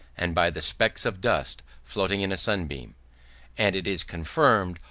and by the specks of dust floating in a sunbeam and it is confirmed,